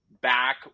back